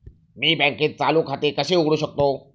मी बँकेत चालू खाते कसे उघडू शकतो?